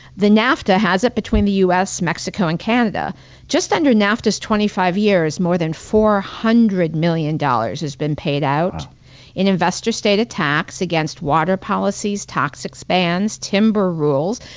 the nafta has it between the u. s, mexico, and canada just under nafta's twenty five years, more than four hundred million dollars has been paid out in investor-state attacks against water policies, toxic spans, timber rules,